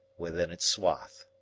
within its swath.